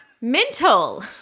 Mental